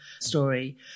story